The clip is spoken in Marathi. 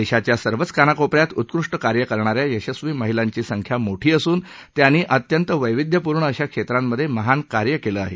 देशाच्या सर्वच कानाकोपऱ्यात उत्कृष्ट कार्य करणाऱ्या यशस्वी महिलांची संख्या मोठी असून त्यांनी अत्यंत वैविध्यपूर्ण अशा क्षेत्रांमध्ये महान कार्य केलं आहे